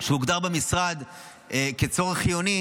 שהוגדרו במשרד כצורך חיוני,